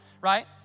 Right